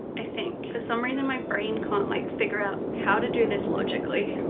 i think. for some reason my brain can't like figure out how to do this logically.